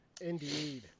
indeed